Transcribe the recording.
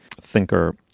thinker